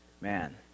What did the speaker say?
Man